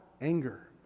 anger